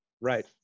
Right